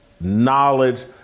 knowledge